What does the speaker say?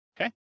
Okay